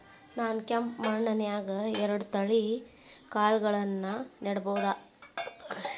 ನಾನ್ ಕೆಂಪ್ ಮಣ್ಣನ್ಯಾಗ್ ಎರಡ್ ತಳಿ ಕಾಳ್ಗಳನ್ನು ನೆಡಬೋದ?